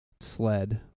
sled